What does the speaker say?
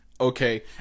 okay